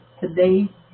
today